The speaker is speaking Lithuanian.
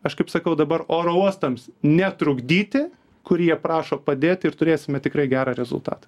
aš kaip sakau dabar oro uostams netrukdyti kur jie prašo padėt ir turėsime tikrai gerą rezultatą